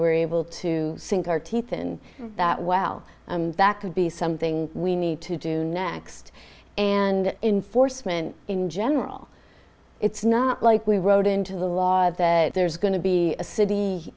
were able to sink our teeth in that well that could be something we need to do next and enforcement in general it's not like we wrote into the law that there's going to be a city